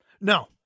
no